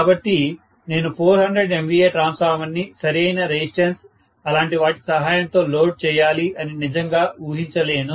కాబట్టి నేను 400 MVA transformer ని సరిఅయిన రెసిస్టెన్స్ అలాంటి వాటి సహాయం తో లోడ్ చేయాలి అని నిజంగా ఊహించలేను